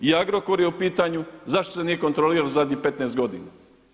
I Agrokor je u pitanju, zašto se nije kontrolirao zadnjih 15 godina?